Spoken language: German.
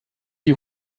die